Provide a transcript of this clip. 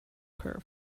curve